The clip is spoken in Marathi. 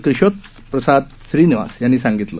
किशोरप्रसाद श्रीवास यांनी सांगितलं